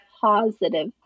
positive